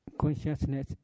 consciousness